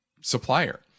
Supplier